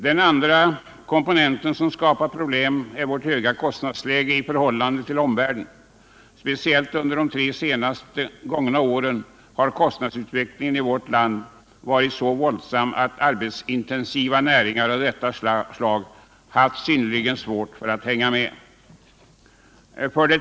Den andra komponenten som skapat problem är vårt höga kostnadsläge i förhållande till omvärlden. Speciellt under de tre senast gångna åren har kostnadsutvecklingen i vårt land varit så våldsam att arbetsintensiva näringar av detta slag haft synnerligen svårt att hänga med.